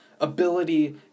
ability